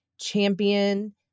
champion